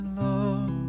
love